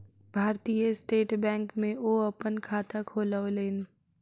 भारतीय State Bank में ओ अपन खाता खोलौलेन